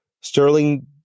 Sterling